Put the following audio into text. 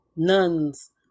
nuns